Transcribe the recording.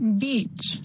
beach